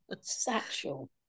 satchel